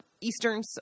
Eastern